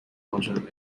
باشد